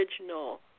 original